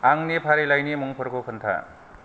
आंनि फारिलाइनि मुंफोरखौ खोन्था